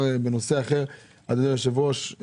אדוני היושב-ראש,